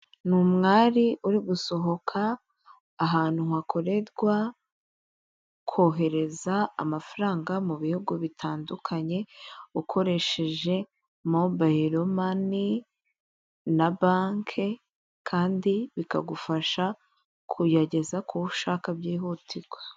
Ni umwari uri gusohoka ahantu hakorerwa kohereza amafaranga mu bihugu bitandukanye, ukoresheje mobayiro mani na banke kandi bikagufasha kuyageza kuwo ushaka byihutirwa.